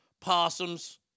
possums